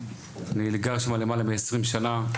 אני גר שמה למעלה מ- 20 שנה,